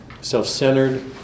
self-centered